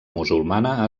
musulmana